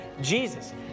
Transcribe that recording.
Jesus